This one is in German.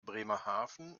bremerhaven